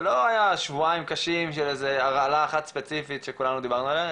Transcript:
זה לא היה שבועיים קשים של איזו הרעלה אחת ספציפית שכולנו דיברנו עליה,